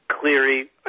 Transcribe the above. Cleary